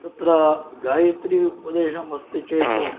तत्र गायत्री उपदेशम् अस्ति चेत्